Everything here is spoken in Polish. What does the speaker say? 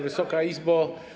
Wysoka Izbo!